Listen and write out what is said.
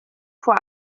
vor